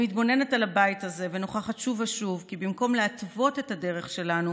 אני מתבוננת על הבית הזה ונוכחת שוב ושוב כי במקום להתוות את הדרך שלנו